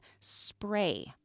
Spray